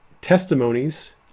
testimonies